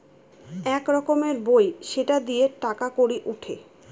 এক রকমের বই সেটা দিয়ে টাকা কড়ি উঠে